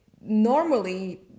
normally